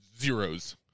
zeros